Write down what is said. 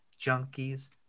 Junkies